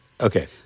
Okay